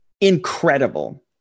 incredible